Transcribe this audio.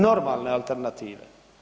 Normalne alternative.